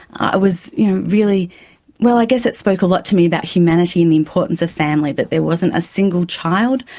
i was you know really well i guess that spoke a lot to me about humanity and the importance of family, that there wasn't a single child,